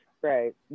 Right